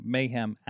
Mayhem